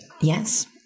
Yes